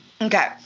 Okay